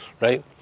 right